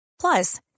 Plus